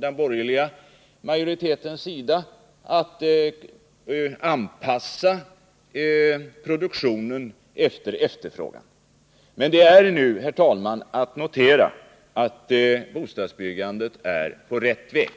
den borgerliga majoriteten skulle försöka anpassa produktionen till efterfrågan. Men det är nu, herr talman, att notera att bostadsbyggandet är på rätt väg.